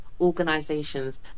organizations